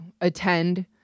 attend